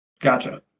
Gotcha